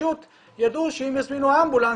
פשוט ידעו שאם יזמינו אמבולנס,